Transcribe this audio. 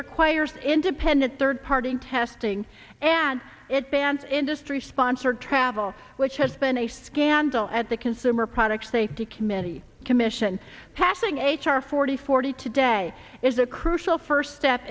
requires independent third party testing and it bans industry sponsored travel which has been a scandal at the consumer products safety committee commission passing h r forty forty today is a crucial first step